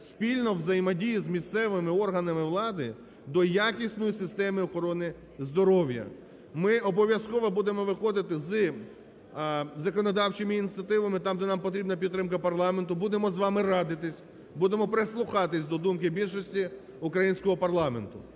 спільно, у взаємодії з місцевими органами влади до якісної системи охорони здоров'я. Ми обов'язково будемо виходити з законодавчими ініціативами там, де нам потрібна підтримка парламенту, будемо з вами радитись, будемо прислухатись до думки більшості українського парламенту.